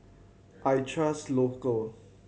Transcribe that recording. I trust Local